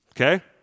Okay